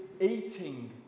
eating